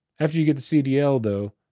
after you get the cdl, though,